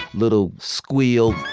little squeal